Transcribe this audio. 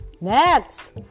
Next